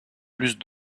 plus